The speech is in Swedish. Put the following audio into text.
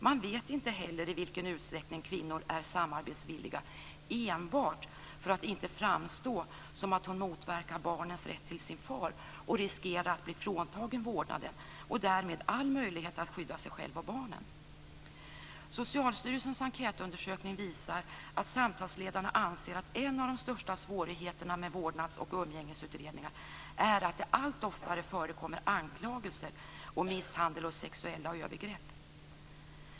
Man vet inte heller i vilken utsträckning kvinnor är samarbetsvilliga enbart för att inte framstå som om de motverkar barnens rätt till sin far och riskerar att bli fråntagen vårdnaden och därmed all möjlighet att skydda sig själva och barnen. Socialstyrelsens enkätundersökning visar att samtalsledarna anser att en av de största svårigheterna med vårdnads och umgängesutredningar är att det allt oftare förekommer anklagelser om misshandel och sexuella övergrepp.